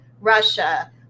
Russia